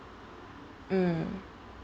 mm